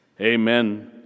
Amen